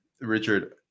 Richard